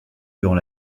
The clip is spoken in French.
durant